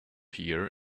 here